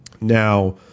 Now